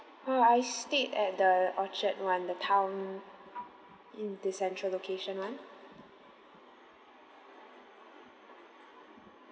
uh I stayed at the orchard [one] the town in the central location [one]